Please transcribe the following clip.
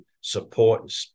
support